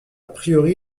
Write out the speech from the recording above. priori